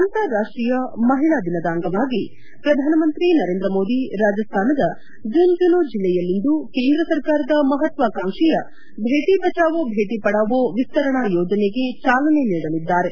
ಅಂತಾರಾಷ್ಟೀಯ ಮಹಿಳಾ ದಿನಾಚರಣೆ ಅಂಗವಾಗಿ ಪ್ರಧಾನಮಂತ್ರಿ ನರೇಂದ್ರ ಮೋದಿ ರಾಜಸ್ತಾನದ ಜುನ್ಜುನು ಜಿಲ್ಲೆಯಲ್ಲಿಂದು ಕೇಂದ್ರ ಸರ್ಕಾರದ ಮಹತ್ವಾಕಾಂಕ್ಷಿಯ ಭೇಟ ಬಚಾವೊ ಭೇಟ ಪಢಾವೊ ವಿಸ್ತರಣಾ ಯೋಜನೆಗೆ ಚಾಲನೆ ನೀಡಲಿದ್ದಾರೆ